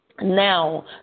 now